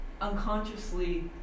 unconsciously